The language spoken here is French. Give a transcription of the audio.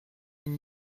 une